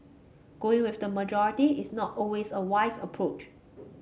going with the majority is not always a wise approach